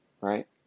right